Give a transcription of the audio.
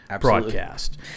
broadcast